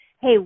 Hey